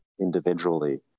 individually